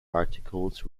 articles